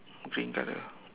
green color